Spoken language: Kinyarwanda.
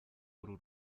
uru